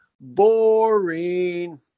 boring